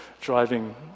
driving